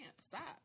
Stop